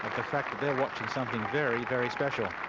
the fact that they're watching something very, very special.